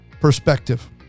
perspective